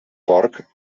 porc